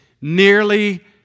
nearly